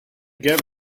give